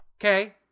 Okay